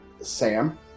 Sam